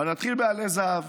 אבל אתחיל בעלי זהב.